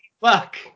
fuck